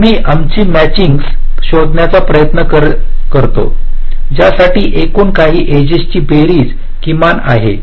आम्ही आमची मॅचिंगस शोधण्याचा प्रयत्न करतो ज्यासाठी एकूण काही एजेस ची बेरीज किमान आहेत